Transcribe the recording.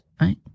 right